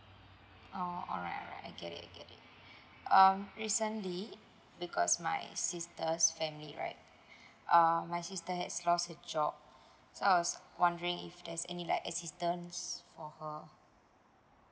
oh alright alright I get it I get it um recently because my sister's family right uh my sister has lost his job so I was wondering if there's any like assistants for her